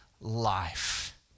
life